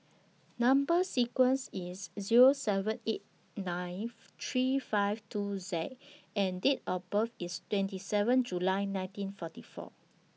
Number sequence IS S Zero seven eight nine three five two X and Date of birth IS twenty seven July nineteen forty four